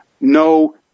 No